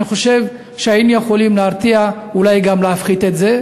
היינו יכולים להרתיע ואולי גם להפחית את זה,